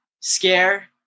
scare